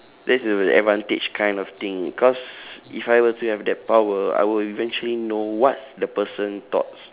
that's the advantage kind of thing cause if I were to have that power I will eventually know what's the person thoughts